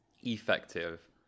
effective